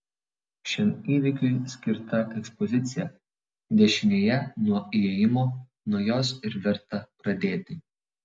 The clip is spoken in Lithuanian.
šiam įvykiui skirta ekspozicija dešinėje nuo įėjimo nuo jos ir verta pradėti